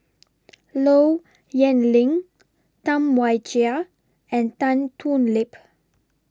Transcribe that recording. Low Yen Ling Tam Wai Jia and Tan Thoon Lip